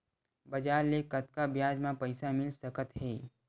बजार ले कतका ब्याज म पईसा मिल सकत हे?